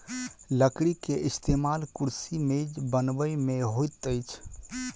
लकड़ी के इस्तेमाल कुर्सी मेज बनबै में होइत अछि